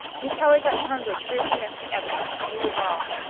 you've probably got tons of true convincing evidence, and you're wrong.